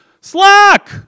Slack